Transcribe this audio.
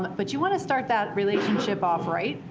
but but you want to start that relationship off right,